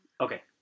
Okay